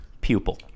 pupil